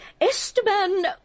Esteban